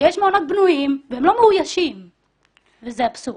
שיש מעונות בנויים והם לא מאוישים וזה אבסורד.